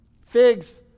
Figs